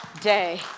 day